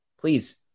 please